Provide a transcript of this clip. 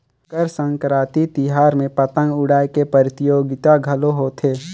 मकर संकरांति तिहार में पतंग उड़ाए के परतियोगिता घलो होथे